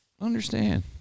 understand